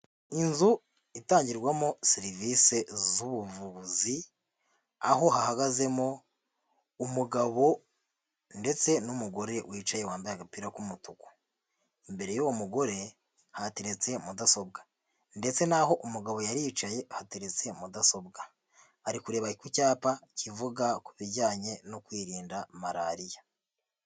Inzu itangirwamo serivisi z'ubuvuzi aho hahagazemo umugabo ndetse n'umugore wicaye wambaye agapira k'umutuku. Imbere y'uwo mugore hateretse mudasobwa ndetse n'aho umugabo yari yicaye ahateretse mudasobwa ari kureba ku cyapa kivuga ku bijyanye no kwirinda marariya.